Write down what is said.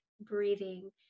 breathing